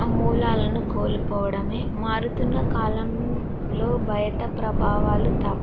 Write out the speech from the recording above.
మూలాలను కోల్పోవడమే మారుతున్న కాలంలో బయట ప్రభావాలు తప్పు